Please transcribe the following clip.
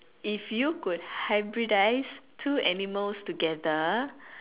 if you could hybridize two animals together